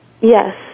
Yes